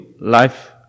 life